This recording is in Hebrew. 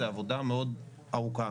את יודעת לעשות אקו לב באלפא?